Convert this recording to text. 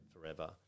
forever